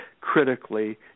critically